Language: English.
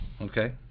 Okay